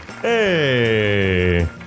Hey